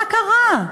מה קרה?